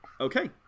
Okay